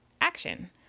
action